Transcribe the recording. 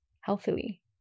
healthily